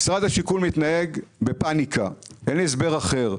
משרד השיכון מתנהג בפאניקה, ואין לי הסבר אחר.